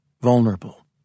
vulnerable